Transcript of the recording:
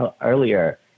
earlier